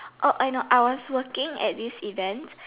oh I know I was working at this event